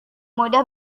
mudah